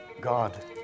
God